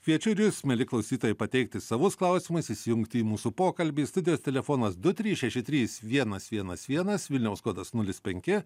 kviečiu ir jus mieli klausytojai pateikti savus klausimais įsijungti į mūsų pokalbį studijos telefonas du trys šeši trys vienas vienas vienas vilniaus kodas nulis penki